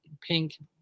pink